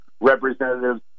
representatives